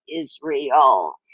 Israel